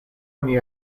oni